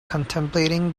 contemplating